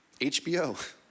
HBO